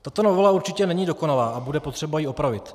Tato novela určitě není dokonalá a bude potřeba ji opravit.